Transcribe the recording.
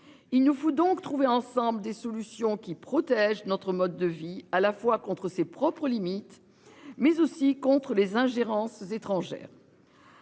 il nous faut donc trouver ensemble des solutions qui protège notre mode de vie, à la fois contre ses propres limites, mais aussi contre les ingérences étrangères.